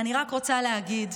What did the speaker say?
אני רק רוצה להגיד,